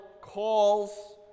calls